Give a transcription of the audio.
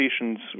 patients